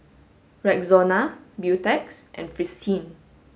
Rexona Beautex and Fristine